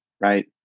right